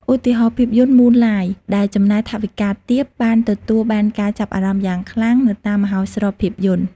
ឧទាហរណ៍ ភាពយន្ត ម៉ូនឡាយ ដែលចំណាយថវិកាទាបបានទទួលបានការចាប់អារម្មណ៍យ៉ាងខ្លាំងនៅតាមមហោស្រពភាពយន្ត។